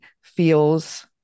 feels